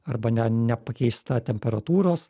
arba ne nepakeista temperatūros